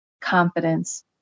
confidence